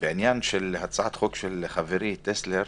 בעניין של הצעת החוק של חברי, טסלר,